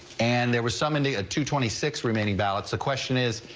and there was some india to twenty six remaining ballots. the question is.